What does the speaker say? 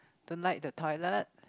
don't like the toilet